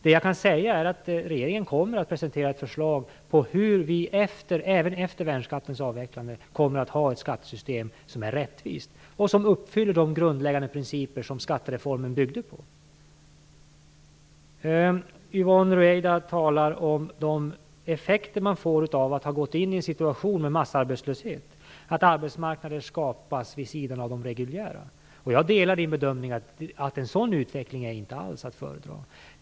Det jag kan säga är att regeringen kommer att presentera ett förslag på hur vi även efter värnskattens avvecklande skall kunna ha ett skattesystem som är rättvist och som uppfyller de grundläggande principer som skattereformen byggde på. Yvonne Ruwaida talar om de effekter som uppstår som en följd av massarbetslösheten, att arbetsmarknader skapas vid sidan av de reguljära. Jag delar bedömningen att en sådan utveckling inte alls är att föredra.